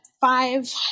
five